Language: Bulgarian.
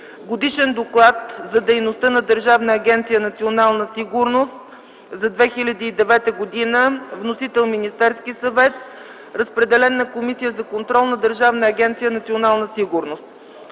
Годишен доклад за дейността на Държавна агенция „Национална сигурност” за 2009 г. Вносител – Министерският съвет. Разпределен е на Комисията за контрол на Държавна агенция „Национална сигурност”.